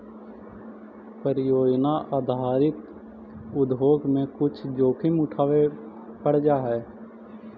परियोजना आधारित उद्योग में कुछ जोखिम उठावे पड़ जा हई